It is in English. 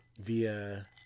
via